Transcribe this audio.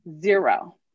zero